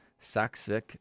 Saksvik